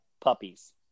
puppies